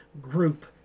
group